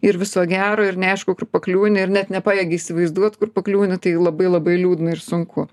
ir viso gero ir neaišku kur pakliūni ir net nepajėgi įsivaizduot kur pakliūni tai labai labai liūdna ir sunku